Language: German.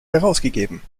herausgegeben